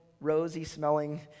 rosy-smelling